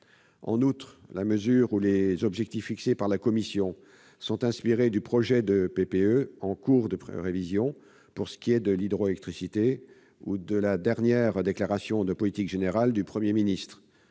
En outre, dans la mesure où les objectifs fixés par la commission sont inspirés de la PPE en cours de révision -pour ce qui concerne l'hydroélectricité -ou de la dernière déclaration de politique générale du Premier ministre